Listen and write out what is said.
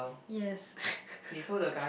yes